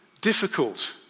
difficult